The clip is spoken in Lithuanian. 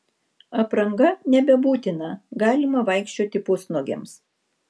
apranga nebebūtina galima vaikščioti pusnuogiams